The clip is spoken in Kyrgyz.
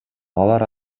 алар